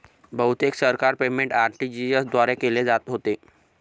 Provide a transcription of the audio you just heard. बहुतेक सरकारी payment RTGS द्वारे केले जात होते